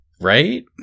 Right